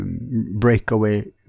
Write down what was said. breakaway